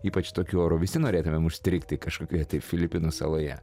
ypač tokiu oru visi norėtumėm užstrigti kažkokiose tai filipinų saloje